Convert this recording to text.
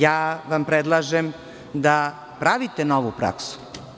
Ja vam predlažem da pravite novu praksu.